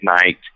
night